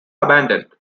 abandoned